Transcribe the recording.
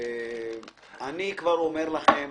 אני כבר אומר לכם,